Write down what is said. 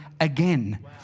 again